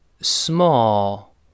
small